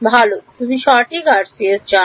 ভালো তুমি সঠিক জানোনা